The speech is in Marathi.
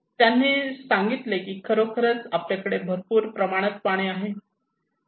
त्यांनी सांगितले की खरोखर आपल्याकडे भरपूर प्रमाणात पाणी आहे